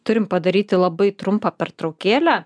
turim padaryti labai trumpą pertraukėlę